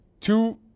two